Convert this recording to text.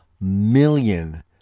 million